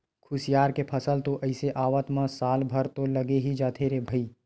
खुसियार के फसल तो अइसे आवत म साल भर तो लगे ही जाथे रे भई